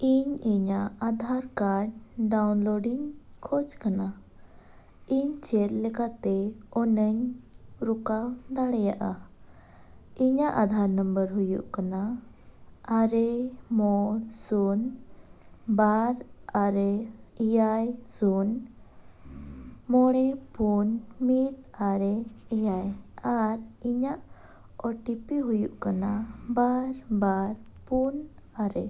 ᱤᱧ ᱤᱧᱟᱹᱜ ᱤᱧ ᱠᱷᱚᱡᱽ ᱠᱟᱱᱟ ᱤᱧ ᱪᱮᱫ ᱞᱮᱠᱟᱛᱮ ᱚᱱᱟᱧ ᱨᱩᱠᱟᱣ ᱫᱟᱲᱮᱭᱟᱜᱼᱟ ᱤᱧᱟᱹᱜ ᱦᱩᱭᱩᱜ ᱠᱟᱱᱟ ᱟᱨᱮ ᱢᱚᱬ ᱥᱩᱱ ᱵᱟᱨ ᱟᱨᱮ ᱮᱭᱟᱭ ᱥᱩᱱ ᱢᱚᱬᱮ ᱯᱩᱱ ᱢᱤᱫ ᱟᱨᱮ ᱮᱭᱟᱭ ᱟᱨ ᱤᱧᱟᱹᱜ ᱦᱩᱭᱩᱜ ᱠᱟᱱᱟ ᱵᱟᱨ ᱵᱟᱨ ᱯᱩᱱ ᱟᱨᱮ